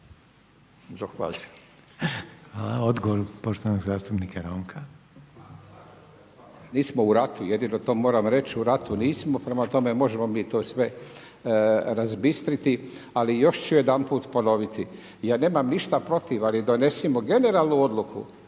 Ronka. **Ronko, Zdravko (SDP)** Nismo u ratu, jedino to moram reći, u ratu nismo prema tome možemo mi to sve razbistriti. Ali još ću jedanput ponoviti, ja nemam ništa protiv, ali donesimo generalnu odluku